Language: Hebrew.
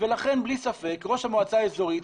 ולכן בלי ספק ראש המועצה האזורית,